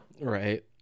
Right